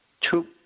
two